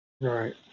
Right